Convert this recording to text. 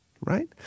right